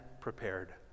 prepared